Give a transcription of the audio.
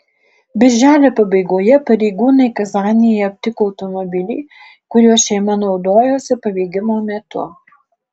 birželio pabaigoje pareigūnai kazanėje aptiko automobilį kuriuo šeima naudojosi pabėgimo metu